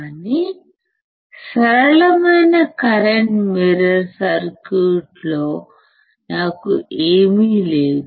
కానీ సరళమైన current mirror circuit లో నాకు ఏమీ లేదు